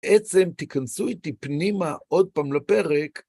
עצם תיכנסו איתי פנימה עוד פעם לפרק.